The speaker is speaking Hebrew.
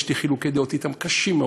יש לי חילוקי דעות אתם, קשים מאוד.